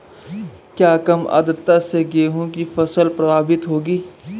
क्या कम आर्द्रता से गेहूँ की फसल प्रभावित होगी?